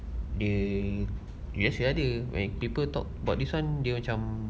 dia yes dia ada when people talk about this [one] they macam